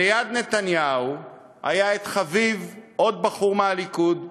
ליד נתניהו היה חביב, עוד בחור מהליכוד,